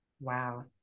wow